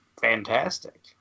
Fantastic